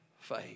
faith